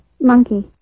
monkey